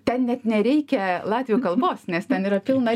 ten net nereikia latvių kalbos nes ten yra pilna